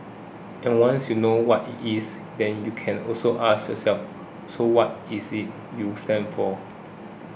and once you know what it is then you can also ask yourself so what is it you stand for